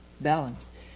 balance